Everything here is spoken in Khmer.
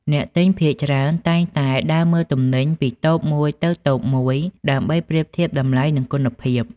អ្នកទិញភាគច្រើនតែងតែដើរមើលទំនិញពីតូបមួយទៅតូបមួយដើម្បីប្រៀបធៀបតម្លៃ និងគុណភាព។